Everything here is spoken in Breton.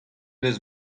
deus